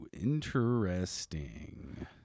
interesting